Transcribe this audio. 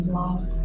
love